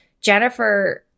Jennifer